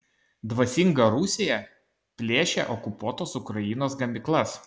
dvasinga rusija plėšia okupuotos ukrainos gamyklas